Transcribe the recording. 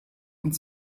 und